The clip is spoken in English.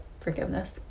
forgiveness